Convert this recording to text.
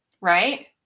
right